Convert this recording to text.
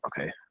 okay